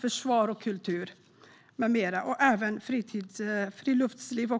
försvar, kultur och friluftsliv.